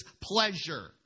pleasure